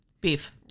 Beef